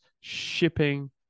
shipping